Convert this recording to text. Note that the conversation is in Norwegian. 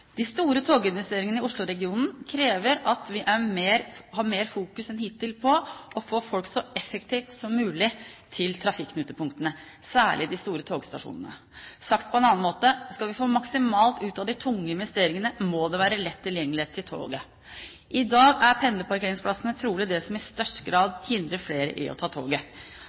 De store toginvesteringene i Oslo-regionen krever at vi fokuserer mer enn hittil på å få folk så effektivt som mulig til trafikknutepunktene, særlig de store togstasjonene. Sagt på en annen måte: Skal vi få maksimalt ut av disse tunge investeringene, må det være lett tilgjengelighet til toget. I dag er pendlerparkeringsplassene trolig det som i størst grad hindrer flere i å ta toget.